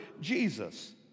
Jesus